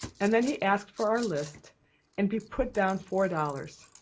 and then he asked for our list and he put down four dollars.